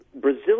Brazil